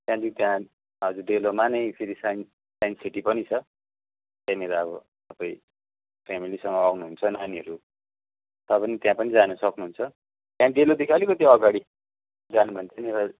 त्यहाँदेखि त्यहाँ हजुर डेलोमा नै फेरि साइन्स साइन्स सिटी पनि छ त्यहाँनिर अब तपाईँ फ्यामिलीसँग आउनुहुन्छ नानीहरू तपाईँ नि त्यहाँ पनि जानु सक्नुहुन्छ त्यहाँ डेलोदेखि अलिकति अघाडि जानु भने चाहिँ